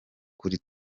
kuri